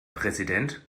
präsident